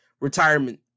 retirement